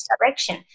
direction